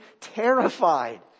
terrified